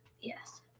Yes